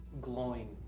glowing